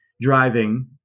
driving